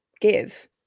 give